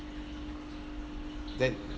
that